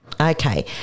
Okay